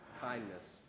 kindness